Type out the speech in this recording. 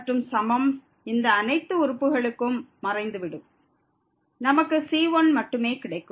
மற்றும் சமம் இந்த அனைத்து உறுப்புகளுக்கும் மறைந்துவிடும் நமக்கு c1 மட்டுமே கிடைக்கும்